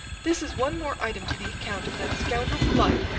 this is one more item to the account of that scoundrel blood,